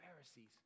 Pharisees